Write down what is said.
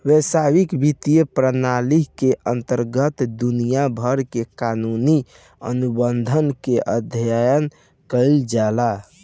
बैसविक बित्तीय प्रनाली के अंतरगत दुनिया भर के कानूनी अनुबंध के अध्ययन कईल जाला